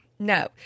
No